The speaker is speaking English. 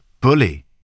bully